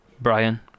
Brian